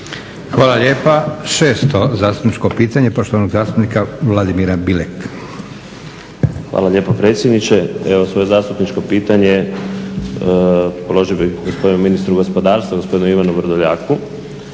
Hvala lijepa. 6. zastupničko pitanje poštovanog zastupnika Vladimira Bilek. **Bilek, Vladimir (HNS)** Hvala lijepa predsjedniče. Evo svoje zastupničko pitanje …/Govornik se ne razumije./… bih gospodinu ministru gospodarstva gospodinu Ivanu Vrdoljaku